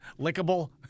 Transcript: Lickable